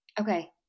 Okay